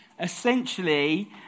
essentially